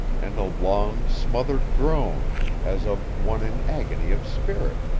and a long smothered groan as of one in agony of spirit.